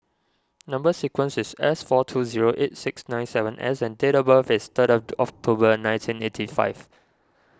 Number Sequence is S four two zero eight six nine seven S and date of birth is third of October nineteen eighty five